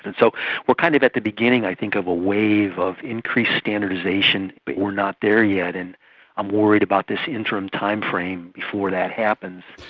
and so we're kind of at the beginning i think of a wave of increased standardisation, but we're not there yet. and i'm worried about this interim time frame before that happens.